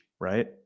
right